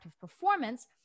performance